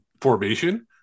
formation